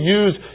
use